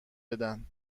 بدن